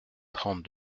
trente